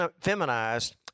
feminized